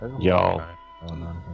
Y'all